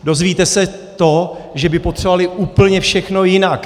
Dozvíte se to, že by potřebovali úplně všechno jinak.